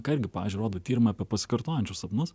ką irgi pavyzdžiui rodo tyrimai apie pasikartojančius sapnus